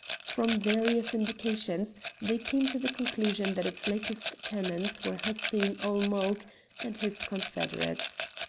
from various indications they came to the conclusion that its latest tenants were hussein-ul-mulk and his confederates.